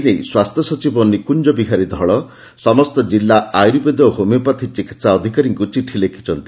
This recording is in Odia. ଏ ନେଇ ସ୍ୱାସ୍ସ୍ୟ ସଚିବ ନିକୁଞ୍ଚ ବିହାରୀ ଧଳ ସମସ୍ତ ଜିଲ୍ଲ ଆୟୁର୍ବେଦ ଓ ହୋମିଓପାଥି ଚିକିହା ଅଧିକାରୀଙ୍କୁ ଚିଠି ଲେଖିଛନ୍ତି